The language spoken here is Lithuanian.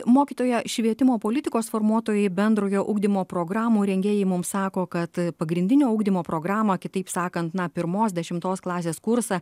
mokytoja švietimo politikos formuotojai bendrojo ugdymo programų rengėjai mum sako kad pagrindinio ugdymo programą kitaip sakant na pirmos dešimtos klasės kursą